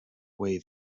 way